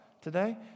today